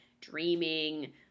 dreaming